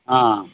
ಆಂ